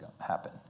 happen